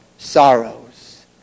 sorrows